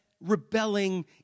rebelling